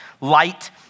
Light